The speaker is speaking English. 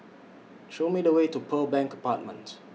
Show Me The Way to Pearl Bank Apartment